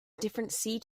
different